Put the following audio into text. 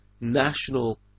national